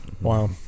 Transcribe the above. Wow